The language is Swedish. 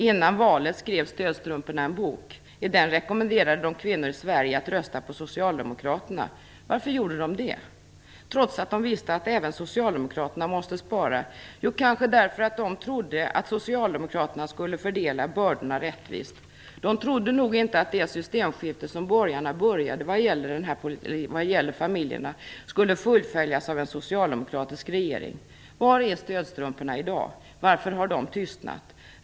Före valet skrev Stödstrumporna en bok. I den rekommenderade de kvinnor i Sverige att rösta på Socialdemokraterna. Varför gjorde de det trots att de visste att även Socialdemokraterna måste spara? Jo, kanske därför att de trodde att Socialdemokraterna skulle fördela bördorna rättvist. De trodde nog inte att det systemskifte som borgarna började vad gäller familjerna skulle fullföljas av en socialdemokratisk regering. Var är stödstrumporna i dag? Varför har de tystnat?